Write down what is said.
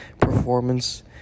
performance